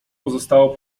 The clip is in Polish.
pozostała